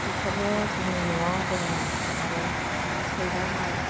बेफोरो जोंनि न'आव दङ आरो सैमा मास